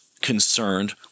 concerned